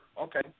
Okay